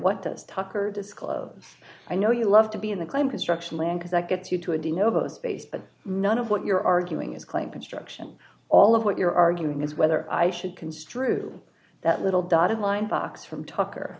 what does tucker disclose i know you love to be in the claim construction land is that gets you to a dino's base but none of what you're arguing is claim construction all of what you're arguing is whether i should construe that little dotted line box from tucker